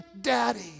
daddy